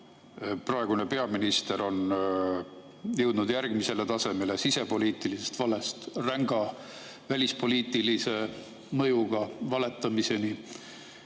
Praegune peaminister on jõudnud järgmisele tasemele sisepoliitilisest valest ränga välispoliitilise mõjuga valetamiseni.